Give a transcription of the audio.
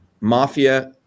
mafia